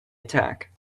attack